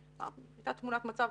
הייתה תמונת מצב,